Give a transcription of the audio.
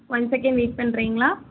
one second wait பண்ணுறிங்களா